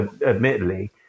admittedly